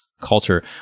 culture